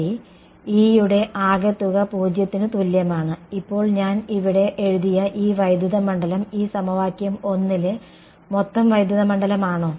ശരി E യുടെ ആകെത്തുക 0 ത്തിന് തുല്യമാണ് ഇപ്പോൾ ഞാൻ ഇവിടെ എഴുതിയ ഈ വൈദ്യുത മണ്ഡലം ഈ സമവാക്യം 1 ലെ മൊത്തം വൈദ്യുത മണ്ഡലമാണോ